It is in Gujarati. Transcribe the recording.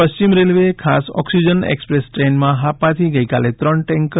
પશ્ચિમ રેલવેએ ખાસ ઓક્સીજન એક્સપ્રેસ ટ્રેનમાં હાપાથી ગઈકાલે ત્રણ ટેન્કર